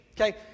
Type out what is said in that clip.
okay